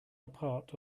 apart